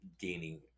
gaining